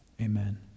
Amen